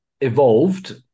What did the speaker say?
evolved